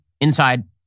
inside